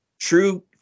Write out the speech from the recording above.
True